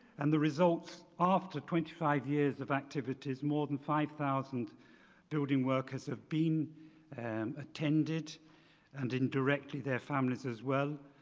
and the results after twenty five years of activities more than five thousand building workers are being and attended and indirectly their families as well.